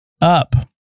Up